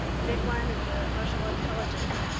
ah big one is the emotional intelligence.